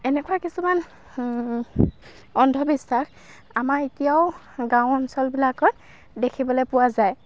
এনেকুৱা কিছুমান অন্ধবিশ্বাস আমাৰ এতিয়াও গাঁও অঞ্চলবিলাকত দেখিবলৈ পোৱা যায়